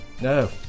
No